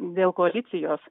dėl koalicijos